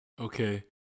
Okay